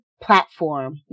platform